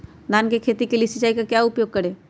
धान की खेती के लिए सिंचाई का क्या उपयोग करें?